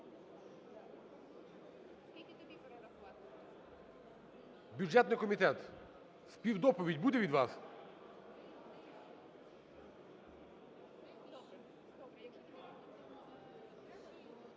Бюджетний комітет, співдоповідь буде від вас?